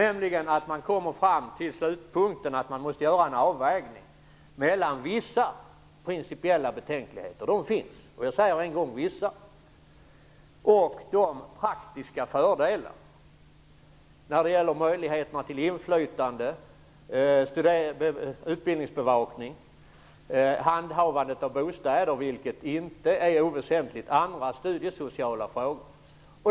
Slutpunkten är att det måste göras en avvägning mellan vissa principiella betänkligheter - de finns, jag säger än en gång vissa - och praktiska fördelar som inflytande, utbildningsbevakning, handhavandet av bostäder - vilket inte är oväsentligt - och andra studiesociala frågor.